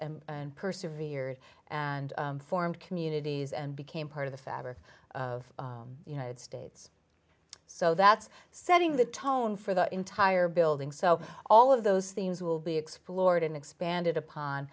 and persevered and formed communities and became part of the fabric of united states so that's setting the tone for the entire building so all of those things will be explored and expanded